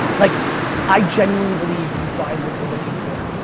like i genuinely believe you find what you're looking for.